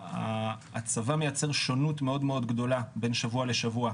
הצבא מייצר שונות מאוד גדולה בין שבוע לשבוע.